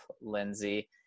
Lindsay